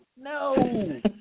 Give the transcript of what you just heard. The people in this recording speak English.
No